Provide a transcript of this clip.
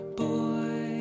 boy